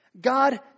God